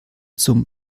zum